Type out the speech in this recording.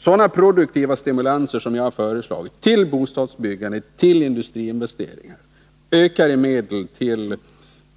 Sådana produktiva stimulanser som jag har föreslagit till bostadsbyggande och till industriinvesteringar samt ökade medel